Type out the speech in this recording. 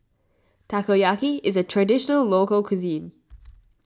Takoyaki is a Traditional Local Cuisine